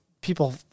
people